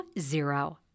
zero